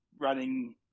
running